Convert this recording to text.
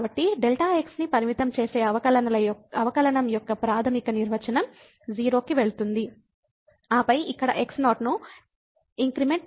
కాబట్టి delta ∆x ని పరిమితం చేసే అవకలనంయొక్క ప్రాథమిక నిర్వచనం 0 కి వెళుతుంది ఆపై ఇక్కడ x0 లో ఇంక్రిమెంట్ చేస్తాము